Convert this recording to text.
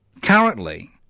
Currently